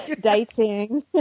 Dating